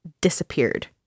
disappeared